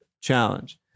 Challenge